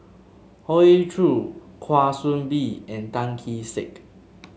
Hoey Choo Kwa Soon Bee and Tan Kee Sek